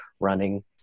running